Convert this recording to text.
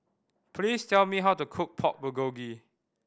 please tell me how to cook Pork Bulgogi